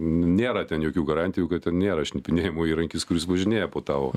nėra ten jokių garantijų kad ten nėra šnipinėjimo įrankis kuris važinėja po tavo